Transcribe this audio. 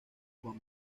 juan